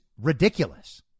ridiculous